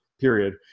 period